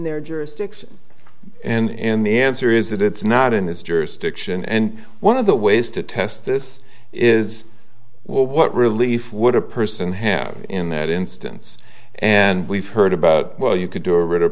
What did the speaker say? their jurisdiction and the answer is that it's not in his jurisdiction and one of the ways to test this is well what relief would a person have in that instance and we've heard about well you could do a writ of